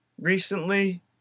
recently